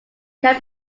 can